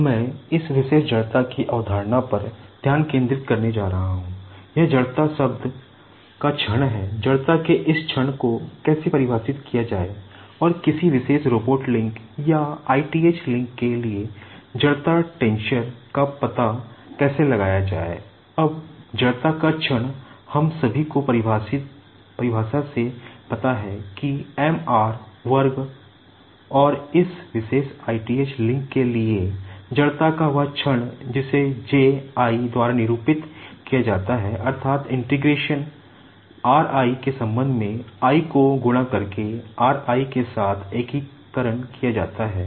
अब मैं इस विशेष जड़ता की अवधारणा r i के संबंध में i को गुणा करके r i के साथ एकीकरण किया जाता है